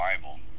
Bible